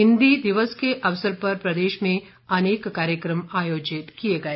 हिन्दी दिवस के अवसर पर प्रदेश में अनेक कार्यक्रम आयोजित किए गए